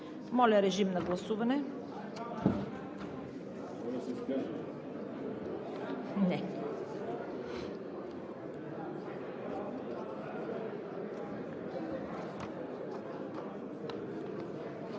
Моля, режим на гласуване.